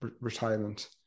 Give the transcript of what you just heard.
retirement